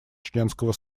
членского